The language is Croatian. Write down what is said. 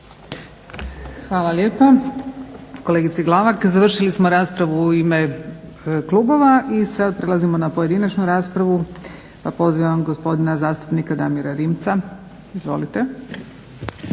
Hvala lijepa kolegici Glavak. Završili smo raspravu u ime klubova i sad prelazimo na pojedinačnu raspravu. Pozivam gospodina zastupnika Damira Rimca, izvolite.